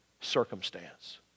circumstance